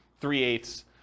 three-eighths